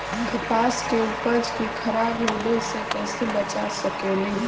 कपास के उपज के खराब होने से कैसे बचा सकेली?